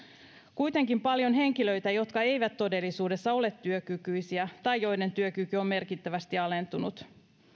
kuitenkin paljon henkilöitä jotka eivät todellisuudessa ole työkykyisiä tai joiden työkyky on merkittävästi alentunut